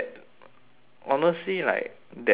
honestly like that feeling